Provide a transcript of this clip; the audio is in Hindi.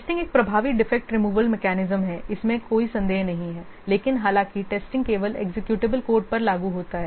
टेस्टिंग एक प्रभावी डिफेक्ट रिमूवल मेकैनिज्म है इसमें कोई संदेह नहीं है लेकिन हालाँकि टेस्टिंग केवल एग्जीक्यूटेबल कोड पर लागू होता है